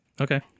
Okay